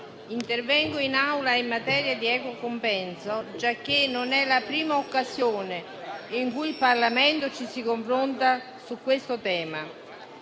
intervengo in Aula in materia di equo compenso, giacché non è la prima occasione in cui il Parlamento si confronta su questo tema.